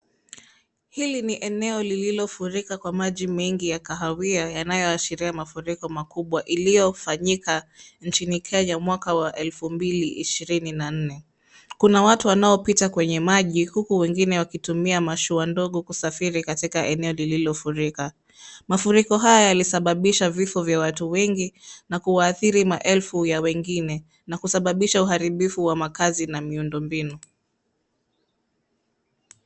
Hili ni eneo lililofurika kwa maji mengi ya kahawia yanayoashiria mafuriko makubwa iliyofanyika nchini Kenya mwaka wa 2024. Kuna watu wanaopita kwenye maji huku wengine wakitumia mashua ndogo kusafiri katika eneo lililofurika. Mafuriko haya yalisababisha vifo vya watu wengi na kuwaathiri maelfu ya wengine. Na kusababisha uharibifu wa makazi na miundo mbinu.